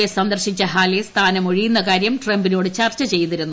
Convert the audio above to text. S സന്ദർശിച്ച Haley സ്ഥാനം ഒഴിയുന്ന കാര്യം ട്രംപിനോട് ചർച്ച ചെയ്തിരുന്നു